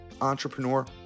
entrepreneur